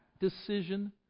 decision